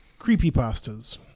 creepypastas